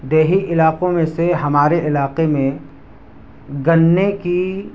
دیہی علاقوں میں سے ہمارے علاقے میں گنے کی